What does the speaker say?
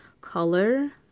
color